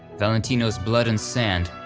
valentino's blood and sand,